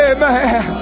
Amen